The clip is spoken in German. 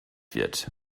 wird